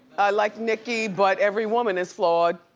i like nicki, but every woman is flawed.